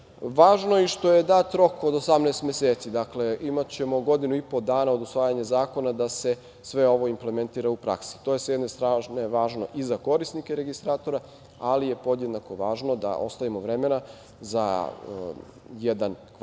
je i što je dat rok od 18 meseci, dakle imaćemo godinu i po dana od usvajanja zakona da se sve ovo implementira u praksi. To je sa jedne strane važno i za korisnike registratora, ali je podjednako važno da ostavimo vremena za jedan kvalitetan